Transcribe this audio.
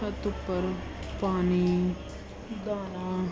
ਛੱਤ ਉੱਪਰ ਪਾਣੀ ਦਾਣਾ